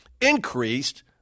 increased